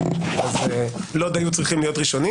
אז לוד היו צריכים להיות ראשונים.